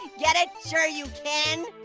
get it, sure you ken?